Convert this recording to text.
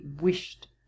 wished